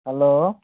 hello